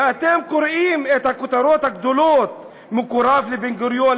ואתם קוראים את הכותרות הגדולות: "מקורב לבן גוריון",